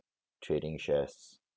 trading shares